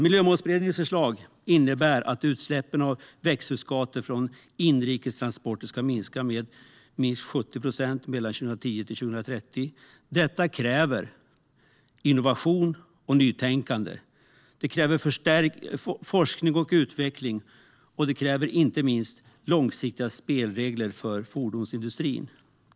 Miljömålsberedningens förslag innebär att utsläppen av växthusgaser från inrikes transporter ska minska med minst 70 procent mellan 2010 och 2030. Detta kräver innovation och nytänkande, forskning och utveckling och inte minst långsiktiga spelregler för fordonsindustrin.